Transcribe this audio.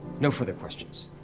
no further questions.